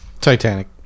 Titanic